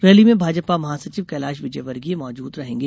rally में भाजपा महासचिव कैलाश विजयवर्गीय मौजूद रहेंगे